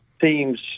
teams